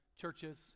churches